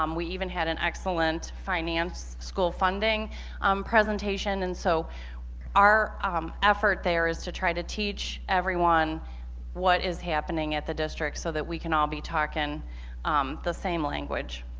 um we even had an excellent finance school funding presentation and so our effort there is to try to teach everyone what is happening at the district so that we can all be talking um the same language.